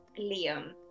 Liam